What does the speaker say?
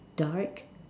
dark